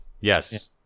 Yes